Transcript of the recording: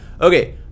Okay